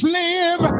live